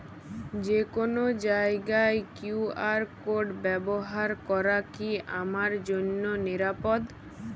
যে কোনো জায়গার কিউ.আর কোড ব্যবহার করা কি আমার জন্য নিরাপদ?